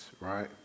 right